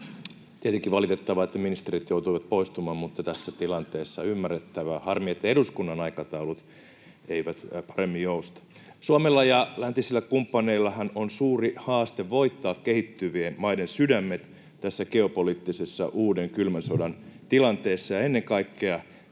tietenkin valitettavaa, että ministerit joutuivat poistumaan, mutta se on tässä tilanteessa ymmärrettävää. On harmi, että eduskunnan aikataulut eivät paremmin jousta. Suomella ja läntisillä kumppaneillahan on suuri haaste voittaa kehittyvien maiden sydämet tässä geopoliittisessa, uuden kylmän sodan, tilanteessa ja ennen kaikkea